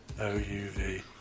O-U-V